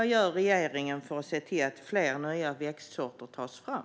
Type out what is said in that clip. Vad gör regeringen för att se till att fler nya växtsorter tas fram?